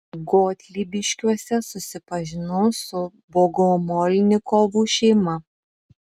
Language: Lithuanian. gotlybiškiuose susipažinau su bogomolnikovų šeima